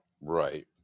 Right